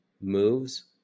moves